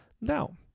now